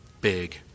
big